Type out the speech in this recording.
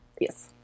Yes